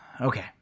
Okay